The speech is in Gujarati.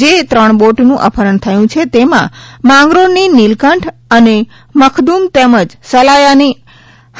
જે ત્રણ બોટનું અપહરણ થયું છે તેમાં માંગરોળની નીલકંઠ અને મખદુમ તેમજ સલાયાની